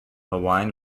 hawaiian